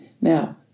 Now